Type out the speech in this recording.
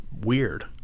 weird